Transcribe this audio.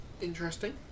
Interesting